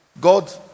God